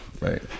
right